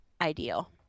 Ideal